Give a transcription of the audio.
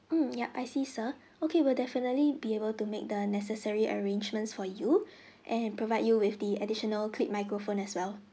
mm yup I see sir okay we'll definitely be able to make the necessary arrangements for you and provide you with the additional clip microphone as well